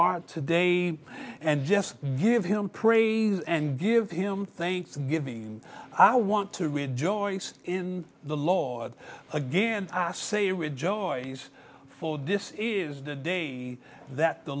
are today and just give him praise and give him thanksgiving i want to rejoice in the law again i say rejoice for this is the day that the